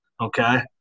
okay